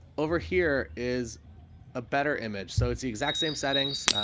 over here is a better image. so it's the exact same settings.